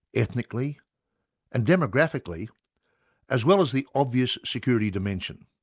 ethnically and demographically as well as the obvious security dimension.